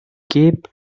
keep